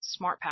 SmartPath